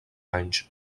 anys